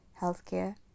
healthcare